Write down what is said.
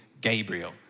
Gabriel